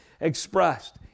expressed